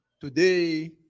today